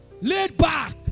laid-back